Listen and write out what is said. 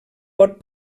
pot